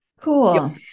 Cool